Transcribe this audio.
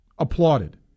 applauded